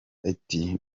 ati